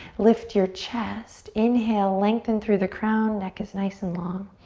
lift your chest. inhale, lengthen through the crown. neck is nice and long.